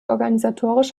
organisatorisch